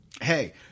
Hey